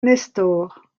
nestor